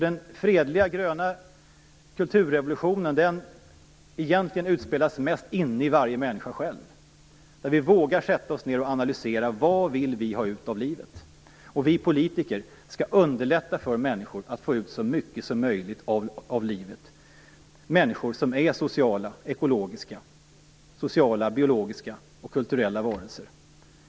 Den fredliga gröna kulturrevolutionen utspelas mest inne i varje enskild människa när vi vågar sätta oss ned och analysera: Vad vill vi ha ut av livet? Vi politiker skall underlätta för människor att få ut så mycket som möjligt av livet. Människor skall vara sociala, biologiska och kulturella varelser.